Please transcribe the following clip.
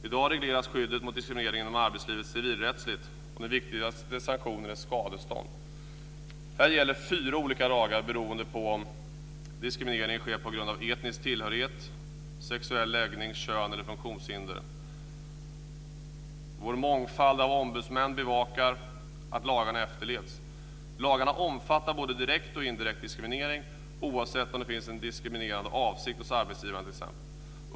I dag regleras skyddet mot diskriminering civilrättsligt, och den viktigaste sanktionen är skadestånd. Här gäller fyra olika lagar beroende på om diskriminering sker på grund av etnisk tillhörighet, sexuell läggning, kön eller funktionshinder. Vår mångfald av ombudsmän bevakar att lagarna efterlevs. Lagarna omfattar både direkt och indirekt diskriminering oavsett om det finns diskriminerande avsikt hos t.ex. arbetsgivare eller inte.